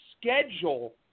schedule